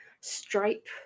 stripe